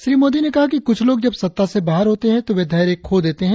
श्री मोदी ने कहा कि कुछ लोग जब सत्ता से बाहर होते हैं तो वे धैर्य खो देते हैं